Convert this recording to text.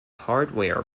hardware